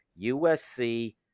USC